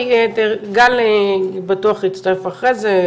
גל בטוח יצטרף אחרי זה,